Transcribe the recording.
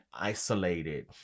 isolated